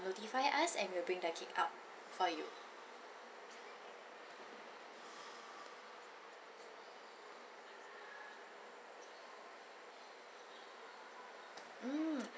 notify us and we'll bring the cake up for you mm